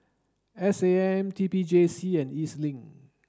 S A M T P J C and E Z Link